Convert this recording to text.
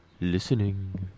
listening